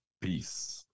Peace